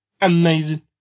Amazing